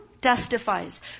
testifies